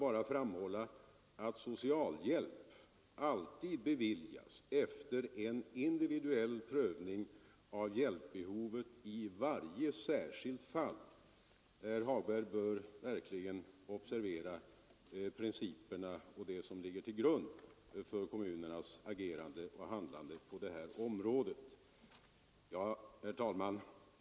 Herr Hagberg bör verkligen observera de principer som ligger till grund för kommunernas handlande på det här området.